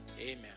Amen